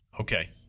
Okay